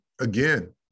again